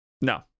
No